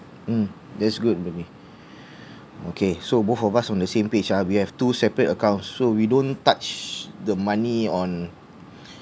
um that's good with me okay so both of us on the same page ah we have two separate accounts so we don't touch the money on